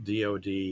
DOD